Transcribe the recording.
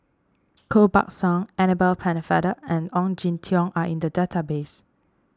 Koh Buck Song Annabel Pennefather and Ong Jin Teong are in the database